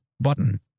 Button